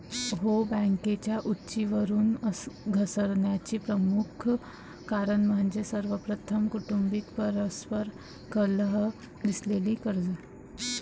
हो, बँकेच्या उंचीवरून घसरण्याचे मुख्य कारण म्हणजे प्रवर्तक कुटुंबातील परस्पर कलह, दिलेली कर्जे